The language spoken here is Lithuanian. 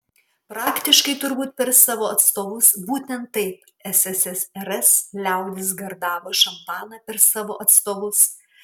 praktiškai turbūt per savo atstovus būtent taip ssrs liaudis gerdavo šampaną per savo atstovus